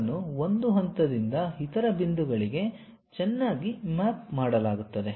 ಅವುಗಳನ್ನು ಒಂದು ಹಂತದಿಂದ ಇತರ ಬಿಂದುಗಳಿಗೆ ಚೆನ್ನಾಗಿ ಮ್ಯಾಪ್ ಮಾಡಲಾಗುತ್ತದೆ